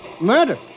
Murder